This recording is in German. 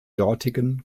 dortigen